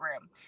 room